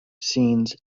scenes